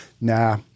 Nah